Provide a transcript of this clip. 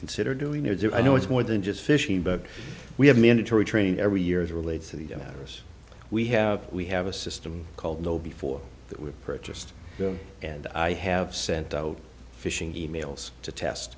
consider doing their due i know it's more than just fishing but we have mandatory training every year as relates to the donors we have we have a system called know before that we've purchased and i have sent out phishing e mails to test